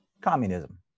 communism